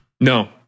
No